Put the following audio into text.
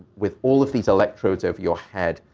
with all of these electrodes over your head,